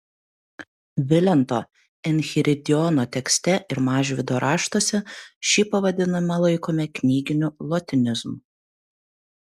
vilento enchiridiono tekste ir mažvydo raštuose šį pavadinimą laikome knyginiu lotynizmu